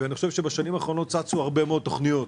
ואני חושב שבשנים האחרונות צצו הרבה מאוד תוכניות.